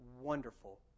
wonderful